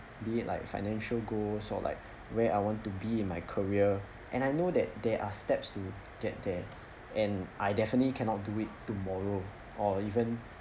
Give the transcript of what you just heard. be like financial goals or like where I want to be in my career and I know that there are steps to get there and I definitely cannot do it tomorrow or even